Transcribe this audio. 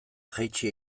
jaitsi